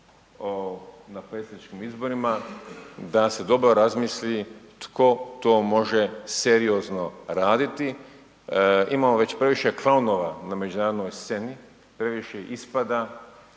na predsjedničkim izborima da se dobro razmisli tko to može seriozno raditi. Imamo već previše klaunova na međunarodnoj sceni, previše ispada,